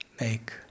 make